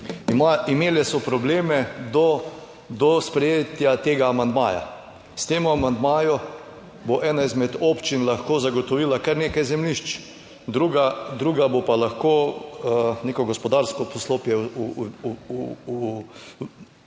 Imele so probleme do sprejetja tega amandmaja. S tem amandmaju bo ena izmed občin lahko zagotovila kar nekaj zemljišč, druga bo pa lahko neko gospodarsko poslopje uvrstila